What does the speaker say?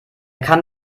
kann